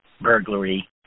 burglary